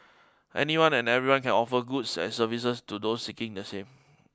anyone and everyone can offer goods and services to those seeking the same